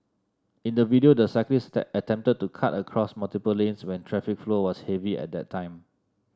in the video the cyclist attempted to cut across multiple lanes when traffic flow was heavy at that time